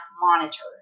Monitor